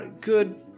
good